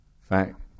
fact